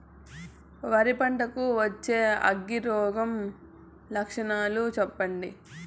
వరి పంట కు వచ్చే అగ్గి రోగం లక్షణాలు చెప్పండి?